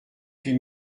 huit